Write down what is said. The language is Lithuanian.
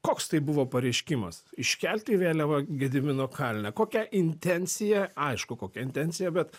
koks tai buvo pareiškimas iškelti vėliavą gedimino kalne kokia intencija aišku kokia intencija bet